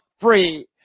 free